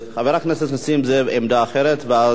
חבר הכנסת נסים זאב, עמדה אחרת, ואז,